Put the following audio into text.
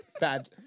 Bad